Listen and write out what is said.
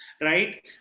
right